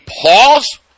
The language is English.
pause